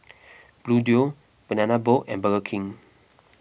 Bluedio Banana Boat and Burger King